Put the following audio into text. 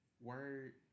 Word